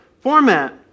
format